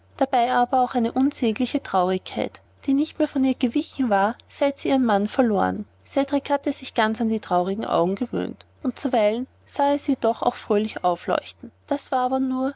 dabei aber auch von unsäglicher traurigkeit die nicht mehr von ihr gewichen war seit sie ihren mann verloren cedrik hatte sich ganz an die traurigen augen gewöhnt und zuweilen sah er sie doch auch fröhlich aufleuchten das war aber nur